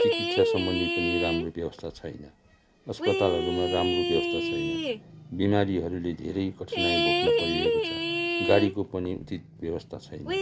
चिकित्सा सम्बन्धी पनि राम्रो व्यवस्था छैन अस्पतालहरूमा राम्रो व्यवस्था छैन बिमारीहरूले धेरै कठिनाइ भोग्नु परिरहेको गाडीको पनि उचित व्यवस्था छैन